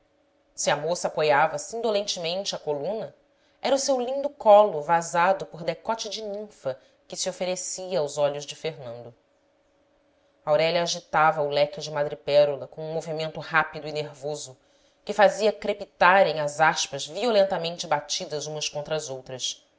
se a moça apoiava se indolentemente à coluna era o seu lindo colo vazado por decote de ninfa que se oferecia aos olhos de fernando aurélia agitava o leque de madrepérola com um movimento rápido e nervoso que fazia crepitarem as aspas violentamente batidas umas contra as outras